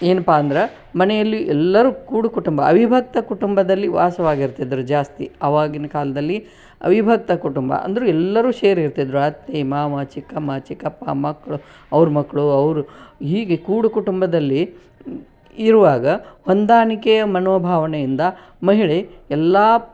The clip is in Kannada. ಏನಪ್ಪಾ ಅಂದ್ರೆ ಮನೆಯಲ್ಲಿ ಎಲ್ಲರೂ ಕೂಡು ಕುಟುಂಬ ಅವಿಭಕ್ತ ಕುಟುಂಬದಲ್ಲಿ ವಾಸವಾಗಿರುತಿದ್ರು ಜಾಸ್ತಿ ಅವಾಗಿನ ಕಾಲದಲ್ಲಿ ಅವಿಭಕ್ತ ಕುಟುಂಬ ಅಂದರೂ ಎಲ್ಲರೂ ಸೇರಿ ಇರುತಿದ್ರು ಅತ್ತೆ ಮಾವ ಚಿಕ್ಕಮ್ಮ ಚಿಕ್ಕಪ್ಪ ಮಕ್ಕಳು ಅವ್ರ ಮಕ್ಕಳು ಅವ್ರು ಹೀಗೆ ಕೂಡು ಕುಟುಂಬದಲ್ಲಿ ಇರುವಾಗ ಹೊಂದಾಣಿಕೆಯ ಮನೋಭಾವನೆಯಿಂದ ಮಹಿಳೆ ಎಲ್ಲ